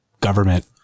government